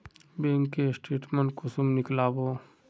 Bank के statement कुंसम नीकलावो?